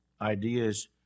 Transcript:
ideas